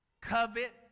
covet